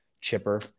Chipper